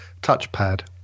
touchpad